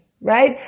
Right